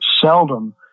seldom